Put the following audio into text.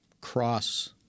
cross